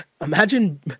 Imagine